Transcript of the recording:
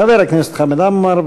חבר הכנסת חמד עמאר,